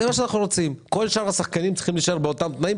כל שאר השחקנים צריכים להישאר באותם תנאים,